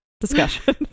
discussion